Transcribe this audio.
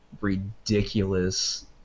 ridiculous